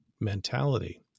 mentality